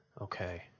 Okay